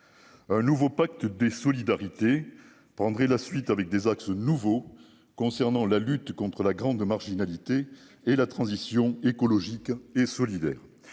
mes nouveau pacte des solidarités prendrait la suite avec des axes nouveau concernant la lutte contre la grande marginalité et la transition écologique et solidaire,